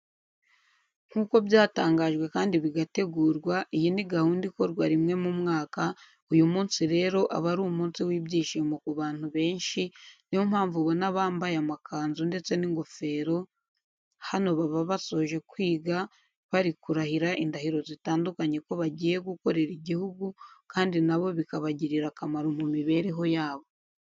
Nk'uko byatangajwe kandi bigategurwa iyi ni gahunda ikorwa rimwe mu mwaka, uyu munsi rero aba ari umunsi wibyishimo ku bantu benshi, ni yo mpamvu ubona bambaye amakanzu ndetse n'ingofero, hano baba basoje kwiga bari kurahira indahiro zitandukanye ko bagiye gukorera igihugu kandi na bo bikabagirira akamaro mu mibereho yabo.